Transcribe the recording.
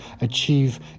achieve